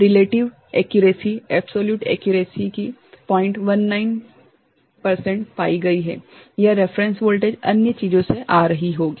relative accuracy absolute accuracy की 019 प्रतिशत पाई गई है यह रेफेरेंस वोल्टेज अन्य चीजों से आ रही होगी